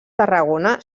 tarragona